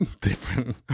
different